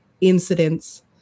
incidents